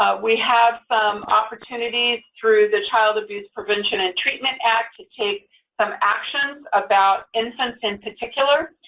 ah we have some opportunities through the child abuse prevention and treatment act to take some actions about infants in particular.